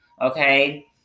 Okay